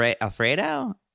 Alfredo